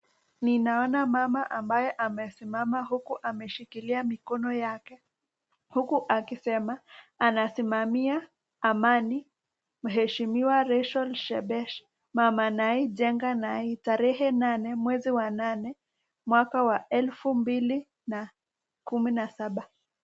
Ninaona mama ambaye amesimama huku ameshikilia mikono yake huku akisema anasimamia amani mheshimiwa Recheal Shebesh mama naye jenga naye tarehe nane mwezi wa nane mwaka wa elfu mbili na kumi na saba.